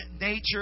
nature